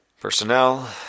Personnel